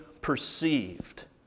perceived